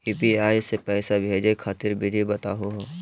UPI स पैसा भेजै खातिर विधि बताहु हो?